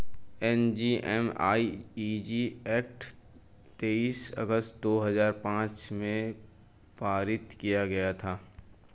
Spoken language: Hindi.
एम.जी.एन.आर.इ.जी एक्ट तेईस अगस्त दो हजार पांच में पारित किया गया था